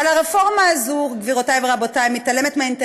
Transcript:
אבל הרפורמה הזאת, גבירותי ורבותי,